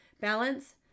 balance